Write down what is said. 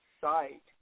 site